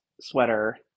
sweater